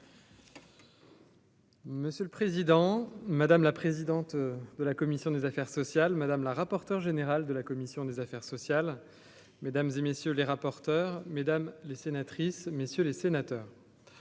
Monsieur le président, madame la présidente de la commission des affaires sociales, madame la rapporteure générale de la commission des affaires sociales, mesdames et messieurs les rapporteurs mesdames les sénatrices, messieurs les sénateurs,